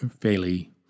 fairly